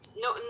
no